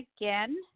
again